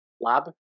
lab